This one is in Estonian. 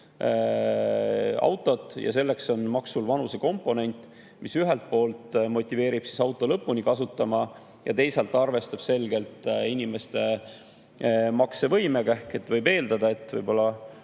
autot osta. Seetõttu on maksul vanusekomponent, mis ühelt poolt motiveerib autot lõpuni kasutama ja teisalt arvestab selgelt inimeste maksevõimega. Ehk võib eeldada, et võib-olla